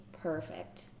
perfect